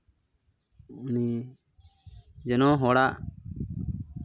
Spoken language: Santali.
ᱢᱟᱱᱮ ᱡᱮᱱᱚ ᱦᱚᱲᱟᱜ